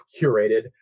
curated